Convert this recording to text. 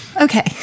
Okay